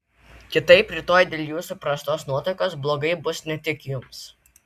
kitaip rytoj dėl jūsų prastos nuotaikos blogai bus ne tik jums